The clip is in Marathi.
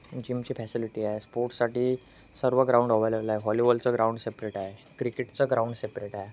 जिमची फॅसिलिटी आहे स्पोर्ट्ससाठी सर्व ग्राउंड अव्हेलेबल आहे वॉलीबॉलचं ग्राउंड सेपरेट आहे क्रिकेटचं ग्राउंड सेपरेट आहे